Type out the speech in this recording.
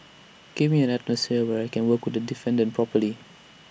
give me an atmosphere where I can work the defendant properly